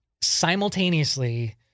simultaneously